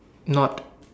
not